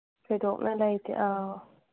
ꯊꯣꯏꯗꯣꯛꯅ ꯂꯩꯇꯦ ꯑꯧ